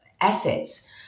assets